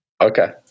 okay